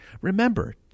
Remember